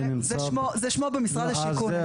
זה שמו במשרד השיכון.